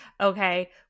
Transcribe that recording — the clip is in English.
okay